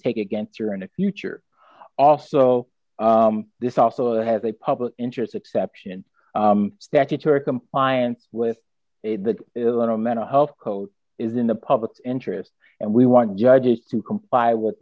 take against her in the future also this also has a public interest exception statutory compliance with the mental health code is in the public interest and we want judges to comply with